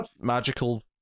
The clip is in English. magical